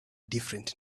different